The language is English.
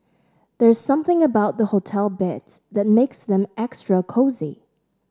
there's something about the hotel beds that makes them extra cosy